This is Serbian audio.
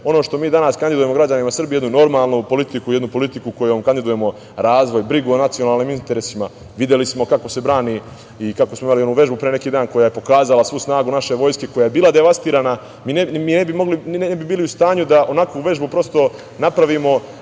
ono što mi danas kandidujemo građanima Srbije, jednu normalnu politiku, jednu politiku kojom kandidujemo razvoj, brigu o nacionalnim interesima. Videli smo kako se brani i kako smo imali onu vežbu pre neki dan koja je pokazala svu snagu naše vojske koja je bila devastirana. Mi ne bi bili u stanju da onakvu vežbu prosto napravimo,